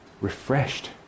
refreshed